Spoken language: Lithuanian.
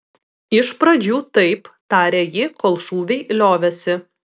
iš pradžių taip tarė ji kol šūviai liovėsi